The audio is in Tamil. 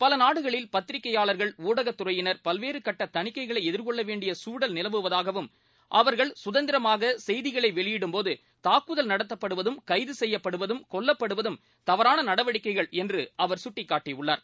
பல நாடுகளில் பத்திரிகையாளர்கள் ஊடகத்துறையினர் பல்வேறு கட்ட தணிக்கைகளை எதிர்கொள்ள வேண்டிய சூழல் நிலவுவதாகவும் அவர்கள் சுதந்திரமாக செய்திகளை வெளியிடும் போது தூக்குதல் நடத்தப்படுவதும் கைது செய்யப்படுவதும் கொல்லப்படுவதும் தவறான நடவடிக்கைகள் என்று அவர் கட்டிக்காட்டியுள்ளார்